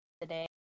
today